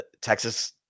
Texas